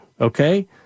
okay